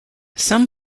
some